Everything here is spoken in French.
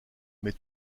mais